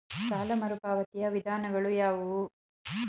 ಸಾಲ ಮರುಪಾವತಿಯ ವಿಧಾನಗಳು ಯಾವುವು?